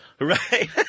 Right